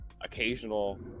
occasional